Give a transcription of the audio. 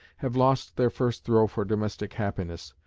have lost their first throw for domestic happiness,